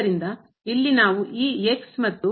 ಆದ್ದರಿಂದ ಇಲ್ಲಿ ನಾವು ಈ ಮತ್ತು